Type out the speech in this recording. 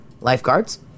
lifeguards